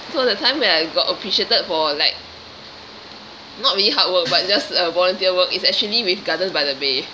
so that time when I got appreciated for like not really hard work but just uh volunteer work is actually with gardens by the bay